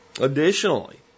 additionally